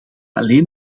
alleen